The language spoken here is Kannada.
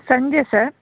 ಸಂಜೆ ಸರ್